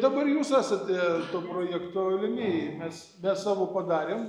dabar jūs esate projekto rėmėjai mes mes savo padarėm